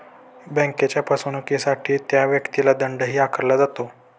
बँकेच्या फसवणुकीसाठी त्या व्यक्तीला दंडही आकारला जातो